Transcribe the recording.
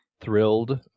thrilled